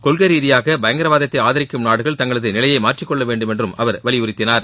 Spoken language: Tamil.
கொள்கை ரீதியாக பயங்கரவாதத்தை ஆதரிக்கும் நாடுகள் தங்களது நிலையை மாற்றிக் கொள்ள வேண்டும் என்று அவர் வலியுறுத்தினார்